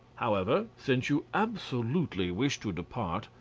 however, since you absolutely wish to depart,